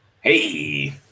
Hey